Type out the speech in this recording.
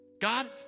God